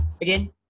Again